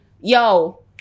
yo